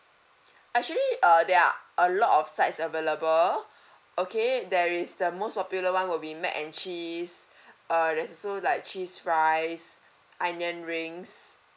actually uh there are a lot of sides available okay there is the most popular [one] will be mac and cheese uh there's also like cheese fries onion rings